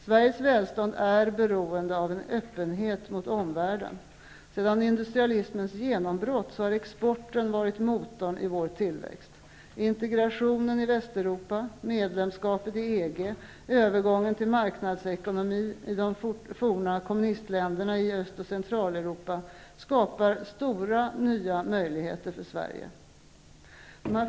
Sveriges välstånd är beroende av öppenhet mot omvärlden. Sedan industrialismens genombrott har exporten varit motorn i vår tillväxt. Integrationen i Västeuropa, medlemskapet i EG och övergången till marknadsekonomi i de forna kommunistländerna i Öst och Centraleuropa skapar stora nya möjligheter för Sverige.